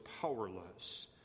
powerless